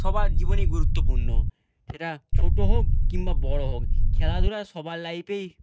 সবার জীবনেই গুরুত্বপূর্ণ সেটা ছোটো হোক কিংবা বড় হোক খেলাধুলা সবার লাইফেই